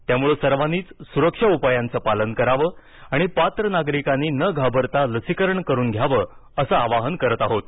त्यामुळे सर्वांनीच सुरक्षा उपायांचं पालन करावं आणि पात्र नागरिकांनी न घाबरता लसीकरण करून घ्यावं असं आवाहन करत आहोत